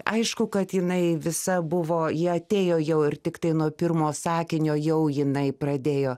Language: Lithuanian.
aišku kad jinai visa buvo ji atėjo jau ir tiktai nuo pirmo sakinio jau jinai pradėjo